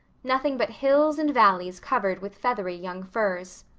nothing but hills and valleys covered with feathery young firs.